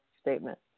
statement